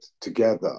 together